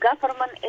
government